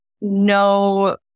no